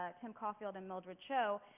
ah tim caulfield and mildred cho,